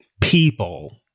people